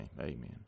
amen